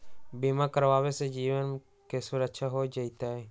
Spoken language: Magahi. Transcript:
बीमा करावे से जीवन के सुरक्षित हो जतई?